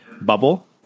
bubble